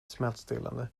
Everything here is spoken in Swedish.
smärtstillande